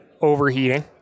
overheating